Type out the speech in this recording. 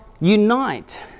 unite